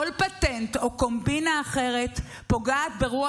כל פטנט או קומבינה אחרת פוגעים ברוח